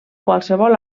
qualsevol